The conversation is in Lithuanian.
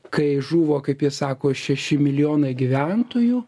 kai žuvo kaip jie sako šeši milijonai gyventojų